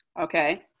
okay